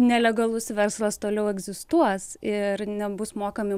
nelegalus verslas toliau egzistuos ir nebus mokami